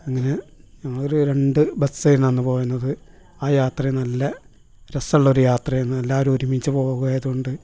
അങ്ങനെ ഞങ്ങളൊരു രണ്ട് ബസ്സായിരുന്നു അന്ന് പോയിരുന്നത് ആ യാത്രേം നല്ല രസമുള്ളൊരു യാത്രയാന്നു എല്ലാവരും ഒരുമിച്ച് പോ പോയതുകൊണ്ട്